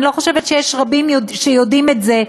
אני לא חושבת שיש רבים שיודעים את זה,